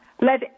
let